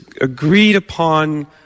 agreed-upon